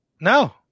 No